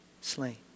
slain